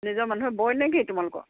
নিজৰ মানুহেই বয়নে কি তোমালোকৰ